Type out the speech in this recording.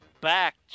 back